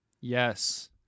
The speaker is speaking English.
Yes